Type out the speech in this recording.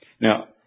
Now